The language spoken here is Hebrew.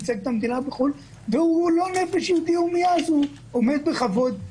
אבל מכיוון שהוא לא נפש יהודי הומייה הוא רק עמד בכבוד.